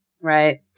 Right